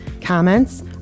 comments